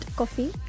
coffee